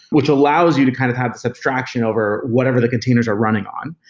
which allows you to kind of have this abstraction over whatever the containers are running on,